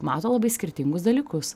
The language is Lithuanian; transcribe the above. mato labai skirtingus dalykus